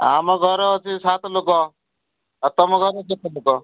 ଆମ ଘର ଅଛି ସାତ ଲୋକ ଆଉ ତମ ଘର କେତେ ଲୋକ